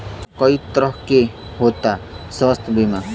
बीमा कई तरह के होता स्वास्थ्य बीमा?